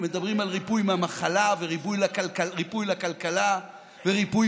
הם מדברים על ריפוי מהמחלה וריפוי לכלכלה וריפוי